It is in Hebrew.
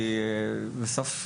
כי בסוף,